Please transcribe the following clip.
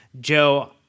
Joe